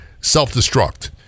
self-destruct